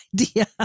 idea